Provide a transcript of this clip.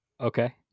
okay